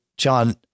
John